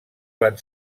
van